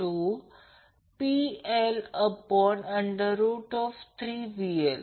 तर हे जे काही VL असेल ते b पेक्षा थोडे कमी असेल